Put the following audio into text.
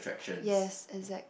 yes exact